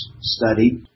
study